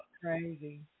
crazy